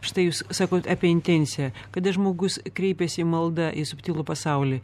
štai jūs sakot apie intenciją kada žmogus kreipiasi malda į subtilų pasaulį